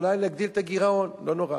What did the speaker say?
אולי להגדיל את הגירעון, לא נורא.